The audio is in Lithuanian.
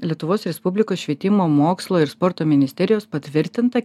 lietuvos respublikos švietimo mokslo ir sporto ministerijos patvirtintą